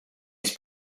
his